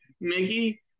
Mickey